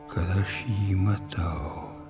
kad aš jį matau